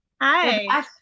Hi